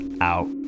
out